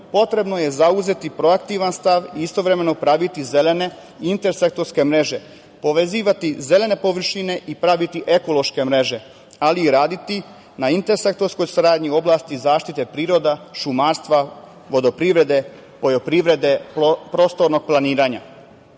potrebno je zauzeti proaktivan stav i istovremeno praviti zelene i intersektorske mreže, povezivati zelene površine i praviti ekološke mreže, ali i raditi na intersektorskoj saradnji u oblasti zaštite prirode, šumarstva, vodoprivrede, poljoprivrede, prostornog planiranja. Jedno